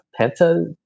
Penta